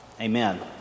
Amen